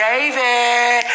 David